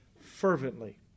fervently